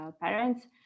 parents